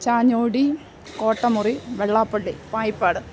Chanjodi Kottamuri Vellappally Payippad